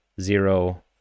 zero